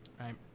Right